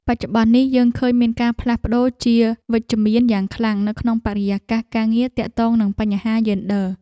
បច្ចុប្បន្ននេះយើងឃើញមានការផ្លាស់ប្តូរជាវិជ្ជមានយ៉ាងខ្លាំងនៅក្នុងបរិយាកាសការងារទាក់ទងនឹងបញ្ហាយេនឌ័រ។